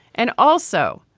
and also,